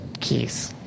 keys